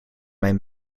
mijn